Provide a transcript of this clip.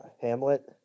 Hamlet